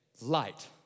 light